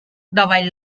davall